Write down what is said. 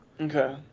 Okay